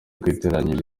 kwitiranya